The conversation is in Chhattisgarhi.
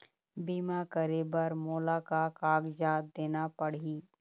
बीमा करे बर मोला का कागजात देना पड़ही?